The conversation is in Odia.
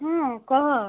ହଁ କହ